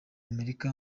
amerika